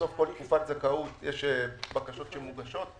בסוף כל תקופת זכאות יש בקשות שמוגשות,